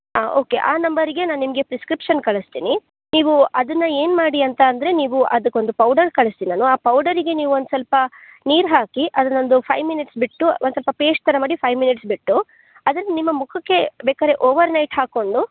ಹಾಂ ಓಕೆ ಆ ನಂಬರಿಗೆ ನಾನು ನಿಮಗೆ ಪ್ರಿಸ್ಕ್ರಿಪ್ಷನ್ ಕಳಿಸ್ತೀನಿ ನೀವು ಅದನ್ನ ಏನು ಮಾಡಿ ಅಂತ ಅಂದರೆ ನೀವು ಅದಕ್ಕೊಂದು ಪೌಡರ್ ಕಳ್ಸ್ತೀನಿ ನಾನು ಆ ಪೌಡರಿಗೆ ನೀವು ಒಂದು ಸ್ವಲ್ಪ ನೀರು ಹಾಕಿ ಅದನ್ನೊಂದು ಫೈಯ್ ಮಿನಿಟ್ಸ್ ಬಿಟ್ಟು ಒಂದು ಸ್ವಲ್ಪ ಪೇಸ್ಟ್ ಥರ ಮಾಡಿ ಫೈಯ್ ಮಿನಿಟ್ಸ್ ಬಿಟ್ಟು ಅದನ್ನ ನಿಮ್ಮ ಮುಖಕ್ಕೆ ಬೇಕಾದ್ರೆ ಓವರ್ ನೈಟ್ ಹಾಕಿಕೊಂಡು